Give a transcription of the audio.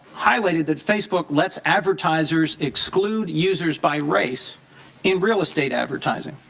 highlighted that facebook let's advertisers exclude users by race in real estate advertising.